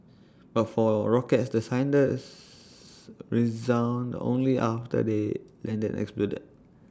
but for rockets the sirens only after they landed and exploded